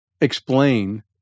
explain